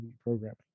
programming